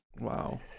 Wow